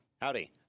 Howdy